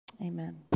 Amen